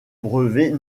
brevet